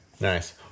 Nice